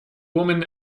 woman